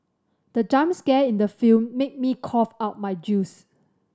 the jump scare in the film made me cough out my juice